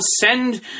send